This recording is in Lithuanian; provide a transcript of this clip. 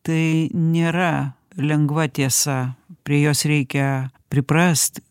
tai nėra lengva tiesa prie jos reikia priprast